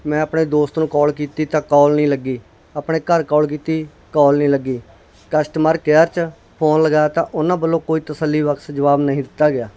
ਮੈਂ ਆਪਣੇ ਦੋਸਤ ਨੂੰ ਕਾਲ ਕੀਤੀ ਤਾਂ ਕਾਲ ਨਹੀਂ ਲੱਗੀ ਆਪਣੇ ਘਰ ਕਾਲ ਕੀਤੀ ਕਾਲ ਨਹੀਂ ਲੱਗੀ ਕਸਟਮਰ ਕੇਅਰ 'ਚ ਫੋਨ ਲਗਾ ਦਿੱਤਾ ਉਹਨਾਂ ਵੱਲੋਂ ਕੋਈ ਤਸੱਲੀ ਬਖਸ਼ ਜਵਾਬ ਨਹੀਂ ਦਿੱਤਾ ਗਿਆ